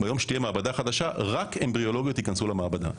וביום שתהיה מעבדה חדשה רק אמבריולוגיות ייכנסו למעבדה.